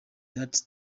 that